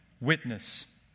witness